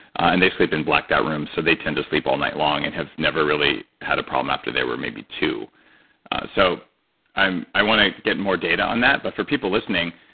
and they sleep in blacked out rooms so they tend to sleep all night long, and have never really had a problem after they were maybe two so i wanna get more data on that, but for people listening